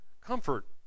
comfort